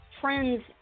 trends